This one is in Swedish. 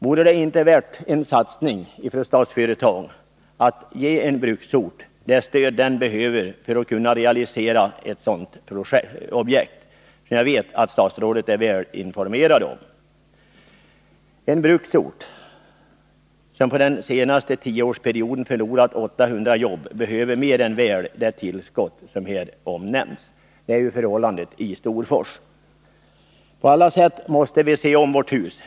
Vore det inte värt en satsning från Statsföretags sida; så att en sådan bruksort får det stöd den behöver för att kunna realisera ett projekt av det här slaget — som jag vet att statsrådet är väl informerad om? En bruksort som under den senaste tioårsperioden förlorat 800 jobb behöver mer än väl det tillskott som här omnämnts. Det är förhållandet i Storfors. På alla sätt måste vi se om vårt hus.